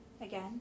again